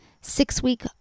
six-week